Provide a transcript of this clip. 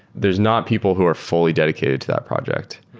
there's not people who are fully dedicated to that project.